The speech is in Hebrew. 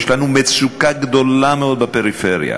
יש לנו מצוקה גדולה מאוד בפריפריה.